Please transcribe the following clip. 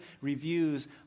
reviews